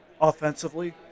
Offensively